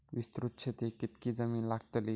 विस्तृत शेतीक कितकी जमीन लागतली?